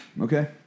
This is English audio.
Okay